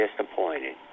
disappointed